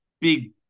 big